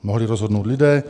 Mohli rozhodnout lidé.